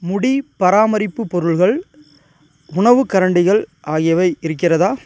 முடி பராமரிப்பு பொருள்கள் உணவுக் கரண்டிகள் ஆகியவை இருக்கிறதா